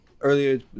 earlier